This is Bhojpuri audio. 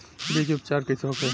बीज उपचार कइसे होखे?